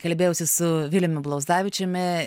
kalbėjausi su vyliumi blauzdavičiumi